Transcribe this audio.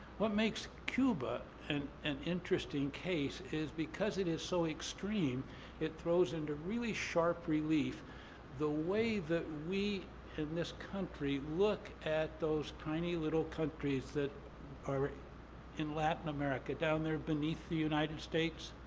what makes cuba and an interesting case is because it is so extreme it throws into really sharp relief the way that we in this country look at those tiny, little countries that are in latin america, down there beneath the united states.